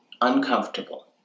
uncomfortable